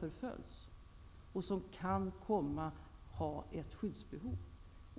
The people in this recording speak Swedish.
förföljs, och som kan komma att ha ett skyddsbehov.